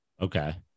Okay